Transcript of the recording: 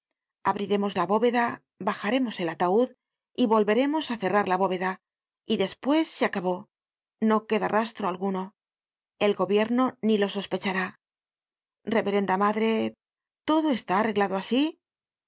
abriremos la bóveda bajaremos el ataud y volveremos á cerrar la bóveda y despues se acabó no queda rastro alguno el gobierno ni lo sospechará reverenda madre todo está arreglado asi